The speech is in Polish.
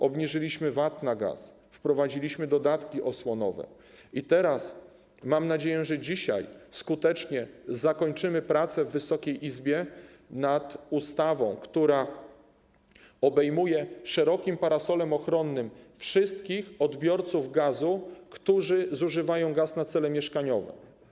Obniżyliśmy VAT na gaz, wprowadziliśmy dodatki osłonowe i teraz, mam nadzieję, że dzisiaj, skutecznie zakończymy w Wysokiej Izbie prace nad ustawą, która obejmuje szerokim parasolem ochronnym wszystkich odbiorców gazu, którzy zużywają gaz na cele mieszkaniowe.